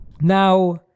Now